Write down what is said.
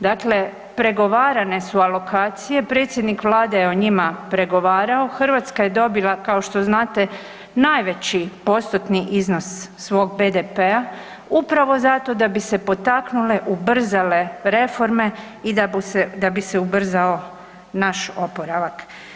Dakle, pregovarane su alokacije, predsjednik Vlade je o njima pregovarao, Hrvatska je dobila, kao što znate, najveći postotni iznos svog BDP-a upravo zato da bi se potaknule, ubrzale reforme i da bi se ubrzao naš oporavak.